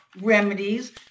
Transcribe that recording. remedies